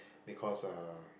because uh